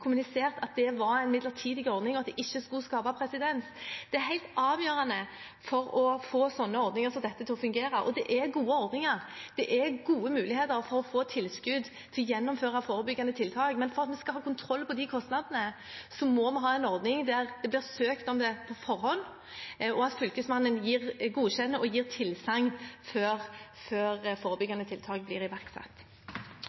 kommunisert at det var en midlertidig ordning som ikke skulle skape presedens. Det er helt avgjørende for å få ordninger som dette til å fungere. Det er gode ordninger og gode muligheter for å få tilskudd til å gjennomføre forebyggende tiltak. Men for at vi skal ha kontroll på kostnadene, må vi ha en ordning der det blir søkt om det på forhånd, og der Fylkesmannen godkjenner og gir tilsagn før